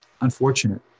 unfortunate